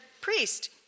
priest